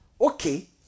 okay